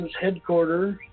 Headquarters